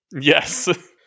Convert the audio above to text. Yes